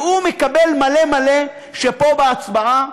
והוא מקבל, מלא מלא, כשפה בהצבעה,